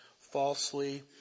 falsely